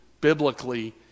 biblically